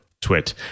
Twit